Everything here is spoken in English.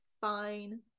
fine